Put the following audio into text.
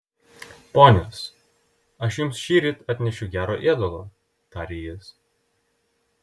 ponios aš jums šįryt atnešiau gero ėdalo tarė jis